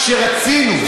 כשרצינו,